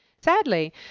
Sadly